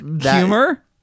Humor